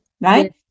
right